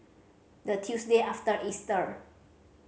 the Tuesday after Easter